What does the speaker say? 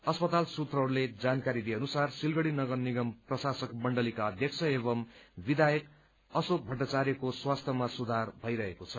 अस्पताल सूत्रहस्ले जानकारी दिए अनुसार सिलगढ़ी नगरनिगम प्रशासक मण्डलीका अध्यक्ष एवं विधायक अशोक भट्टाघार्यको स्वास्थ्यमा सुधार भइरहेको छ